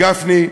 גפני,